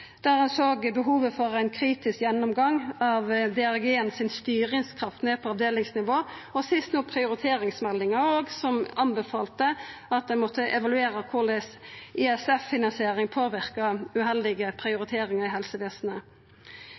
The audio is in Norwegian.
der ein såg behovet for ein kritisk gjennomgang av styringskrafta til DRG ned på avdelingsnivå – og sist no prioriteringsmeldinga, som anbefalte at ein måtte evaluera korleis ISF-finansiering påverkar uheldige prioriteringar i helsevesenet.